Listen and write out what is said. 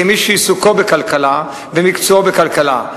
כמי שעיסוקו בכלכלה ומקצועו בכלכלה: